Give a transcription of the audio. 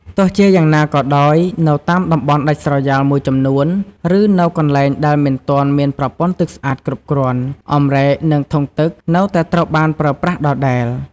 ទោះជាយ៉ាងណាក៏ដោយ នៅតាមតំបន់ដាច់ស្រយាលមួយចំនួន ឬនៅកន្លែងដែលមិនទាន់មានប្រព័ន្ធទឹកស្អាតគ្រប់គ្រាន់ អម្រែក និងធុងទឹកនៅតែត្រូវបានប្រើប្រាស់ដដែល។